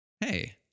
Hey